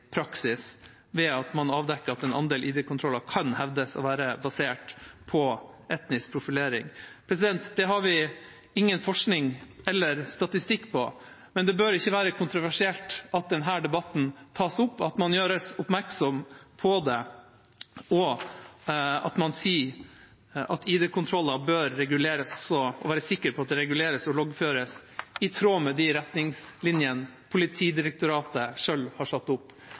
praksis ved at man avdekker at en andel ID-kontroller kan hevdes å være basert på etnisk profilering. Det har vi ingen forskning eller statistikk på, men det bør ikke være kontroversielt at denne debatten tas opp, at man gjøres oppmerksom på det, og at man sier at ID-kontroller bør reguleres, og også være sikker på at det reguleres og loggføres i tråd med de retningslinjene Politidirektoratet selv har satt opp. Det er langt fra mistenkeliggjøring av et dyktig norsk politi. Jeg tar opp